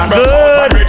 good